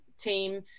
team